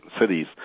cities